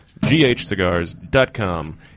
ghcigars.com